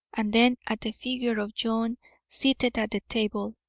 and then at the figure of john seated at the table,